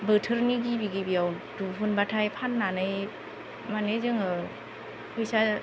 बोथोरनि गिबि गिबियाव दिहुनब्लाथाइ माने फाननानै जोङो फैसा